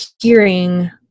hearing